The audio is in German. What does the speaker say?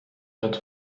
wird